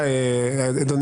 אדוני